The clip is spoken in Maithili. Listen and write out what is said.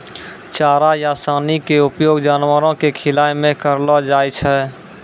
चारा या सानी के उपयोग जानवरों कॅ खिलाय मॅ करलो जाय छै